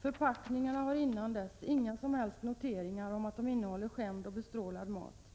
Förpackningarna hade ingen som helst notering om att de innehöll skämd och bestrålad mat.